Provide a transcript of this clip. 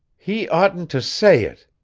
he oughtn't to say it.